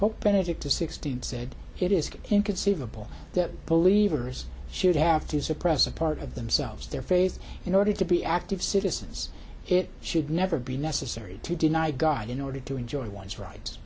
pope benedict the sixteenth said it is inconceivable that believe or should have to suppress a part of themselves their faith in order to be active citizens it should never be necessary to deny god in order to enjoy one's ri